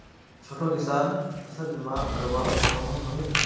छोटो किसान फसल बीमा करवा सकोहो होबे?